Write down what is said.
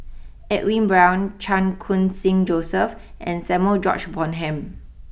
Edwin Brown Chan Khun sing Joseph and Samuel George Bonham